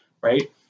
right